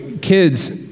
kids